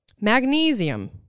Magnesium